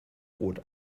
rot